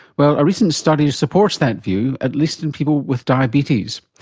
well, a recent study supports that view, at least in people with diabetes.